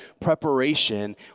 preparation